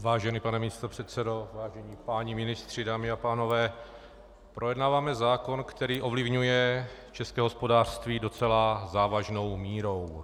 Vážený pane místopředsedo, vážení páni ministři, dámy a pánové, projednáváme zákon, který ovlivňuje české hospodářství docela závažnou mírou.